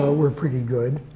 were pretty good.